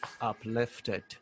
uplifted